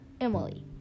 Emily